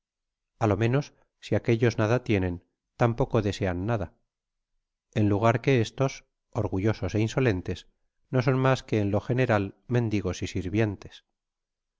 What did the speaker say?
a lo menos si aquellos nada tienen tampoco desean nada en lugar que estos orgullosos é insolentes no son mas que en lo general mendigos y sirvientes